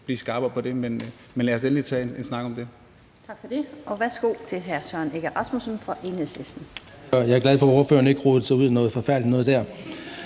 blive skarpere på det. Men lad os endelig tage en snak om det.